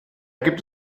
gibt